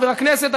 חבר הכנסת,